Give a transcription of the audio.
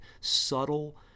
subtle